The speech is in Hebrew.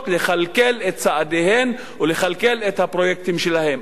לכלכל את צעדיהן ולכלכל את הפרויקטים שלהן.